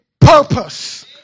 purpose